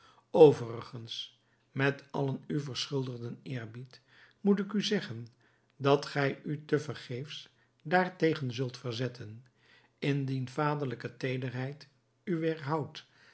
overigens met allen u verschuldigden eerbied moet ik u zeggen dat gij u te vergeefs daartegen zult verzetten indien vaderlijke teederheid u weêrhoudt